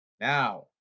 Now